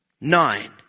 nine